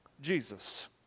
Jesus